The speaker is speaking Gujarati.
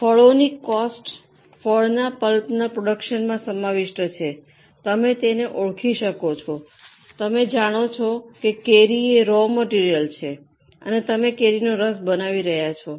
ફળોની કોસ્ટ ફળના પલ્પના પ્રોડ્યૂકશનમાં સમાવિષ્ટ છે તમે તેને ઓળખી શકો છો તમે જાણો છો કે કેરી રો મટેરીઅલ છે અને તમે કેરીનો રસ બનાવી રહ્યા છો